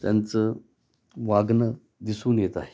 त्यांचं वागणं दिसून येत आहे